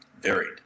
varied